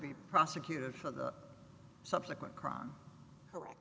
be prosecuted for the subsequent crime correct